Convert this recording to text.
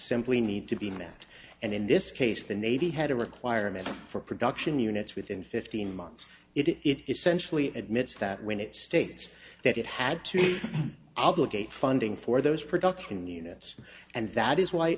simply need to be met and in this case the navy had a requirement for production units within fifteen months it essentially admits that when it states that it had to obligate funding for those production units and that is wh